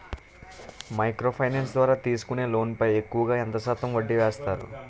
Micro finance ద్వారా తీసుకునే loan పై ఎక్కువుగా ఎంత శాతం వడ్డీ వేస్తారు?